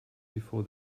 before